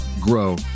grow